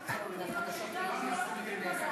זאת שגרה מסויגת.